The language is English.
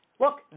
Look